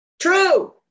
True